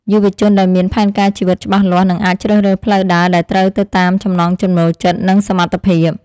យុវជនដែលមានផែនការជីវិតច្បាស់លាស់នឹងអាចជ្រើសរើសផ្លូវដើរដែលត្រូវទៅតាមចំណង់ចំណូលចិត្តនិងសមត្ថភាព។